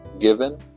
Given